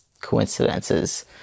coincidences